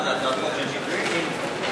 להעביר את הצעת חוק משפחות חד-הוריות